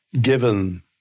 given